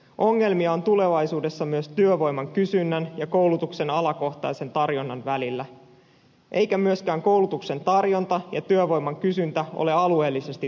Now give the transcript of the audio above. ongelmia on tulevaisuudessa myös työvoiman kysynnän ja koulutuksen alakohtaisen tarjonnan välillä eivätkä myöskään koulutuksen tarjonta ja työvoiman kysyntä ole alueellisesti tasapainossa